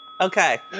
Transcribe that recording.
Okay